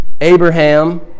Abraham